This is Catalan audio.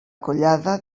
collada